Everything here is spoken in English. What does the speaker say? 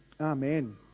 Amen